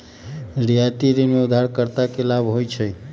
रियायती ऋण में उधारकर्ता के लाभ होइ छइ